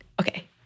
Okay